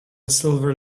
silver